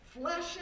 flesh